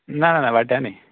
ना ना वाट्यांनी